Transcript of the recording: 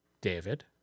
David